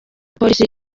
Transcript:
polisi